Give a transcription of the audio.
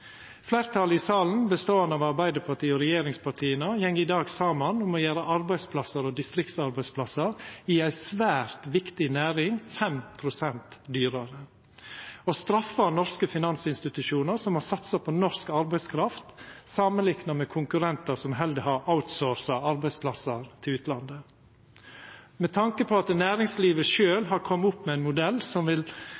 Fleirtalet i salen, som består av Arbeidarpartiet og regjeringspartia, går i dag saman om å gjera arbeidsplassar og distriktsarbeidsplassar i ei svært viktig næring 5 pst. dyrare og straffar norske finansinstitusjonar som har satsa på norsk arbeidskraft, samanlikna med konkurrentar som heller har outsourca arbeidsplassar til utlandet. Med tanke på at næringslivet